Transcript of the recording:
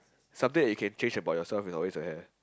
something that you can change about yourself is always your hair